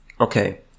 Okay